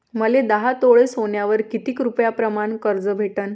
मले दहा तोळे सोन्यावर कितीक रुपया प्रमाण कर्ज भेटन?